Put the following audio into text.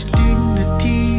dignity